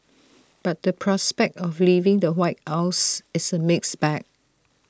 but the prospect of leaving the white house is A mixed bag